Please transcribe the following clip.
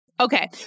Okay